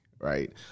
right